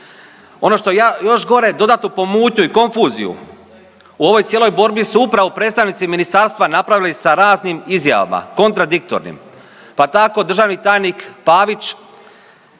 Ono što je još gore dodatnu pomutnju i konfuziju u ovoj cijeloj borbi su upravo predstavnici ministarstva napravili sa raznim izjavama kontradiktornim, pa tako državni tajnik Pavić 6.